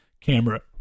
camera